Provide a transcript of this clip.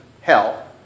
hell